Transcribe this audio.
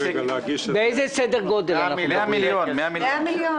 100 מיליון